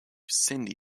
cyndi